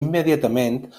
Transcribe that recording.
immediatament